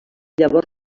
llavors